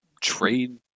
trade